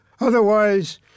Otherwise